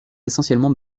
essentiellement